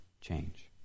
change